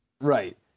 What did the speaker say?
Right